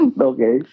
Okay